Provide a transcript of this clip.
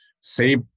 save